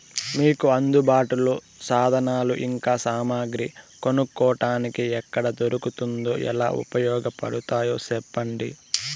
మీకు అందుబాటులో సాధనాలు ఇంకా సామగ్రి కొనుక్కోటానికి ఎక్కడ దొరుకుతుందో ఎలా ఉపయోగపడుతాయో సెప్పండి?